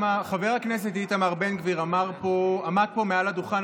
חבר הכנסת איתמר בן גביר עמד פה מעל הדוכן